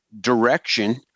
direction